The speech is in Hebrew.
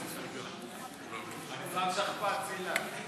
אני שם שכפ"ץ, אילן.